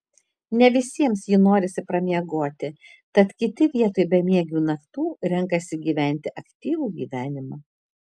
ne visiems jį norisi pramiegoti tad kiti vietoj bemiegių naktų renkasi gyventi aktyvų gyvenimą